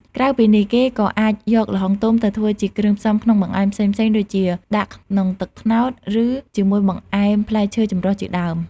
ក្រៅពីនេះ គេក៏អាចយកល្ហុងទុំទៅធ្វើជាគ្រឿងផ្សំក្នុងបង្អែមផ្សេងៗដូចជា ដាក់ក្នុងទឹកត្នោត ឬជាមួយបង្អែមផ្លែឈើចំរុះជាដើម។